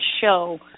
show